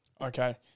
Okay